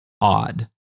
odd